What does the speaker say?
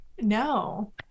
no